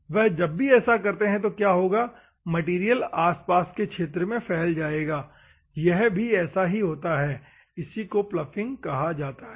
तो वह जब भी ऐसा करते है तो क्या होगा मैटेरियल आसपास के क्षेत्र में फैल जाएगा यहां पर भी ऐसा ही होता है इसी को पलॉफिंग कहा जाता है